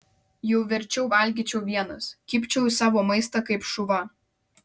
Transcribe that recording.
jau verčiau valgyčiau vienas kibčiau į savo maistą kaip šuva